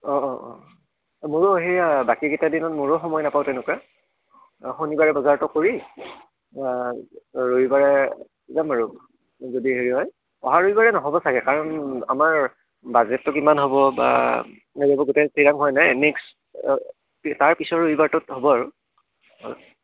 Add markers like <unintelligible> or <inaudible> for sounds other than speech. অঁ অঁ অঁ মোৰো হেৰি বাকীকেইটা দিনত মোৰো সময় নাপাওঁ তেনেকুৱা শনিবাৰে বজাৰটো কৰি ৰবিবাৰে যাম আৰু যদি হেৰি হয় অহা ৰবিবাৰে নহ'ব চাগে কাৰণ আমাৰ বাজেটটো কিমান হ'ব বা <unintelligible>